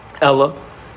Ella